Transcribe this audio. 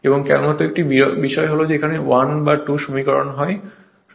এবং কেবলমাত্র একটি বিষয় হল এখানে 1 বা 2 সমীকরণ হয়